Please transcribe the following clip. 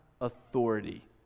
authority